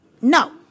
No